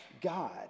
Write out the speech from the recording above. God